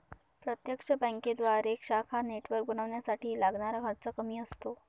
प्रत्यक्ष बँकेद्वारे शाखा नेटवर्क बनवण्यासाठी लागणारा खर्च कमी असतो